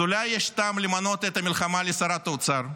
אז אולי יש טעם למנות את המלחמה לשרת האוצר.